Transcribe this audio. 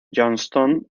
johnston